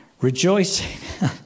Rejoicing